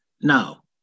Now